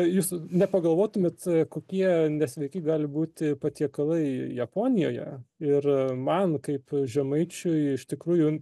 jūs nepagalvotumėt kokie nesveiki gali būti patiekalai japonijoje ir man kaip žemaičiui iš tikrųjų